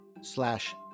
slash